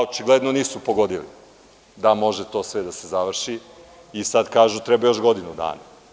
Očigledno, nisu pogodili da može to sve da se završi i sad kažu da treba još godinu dana.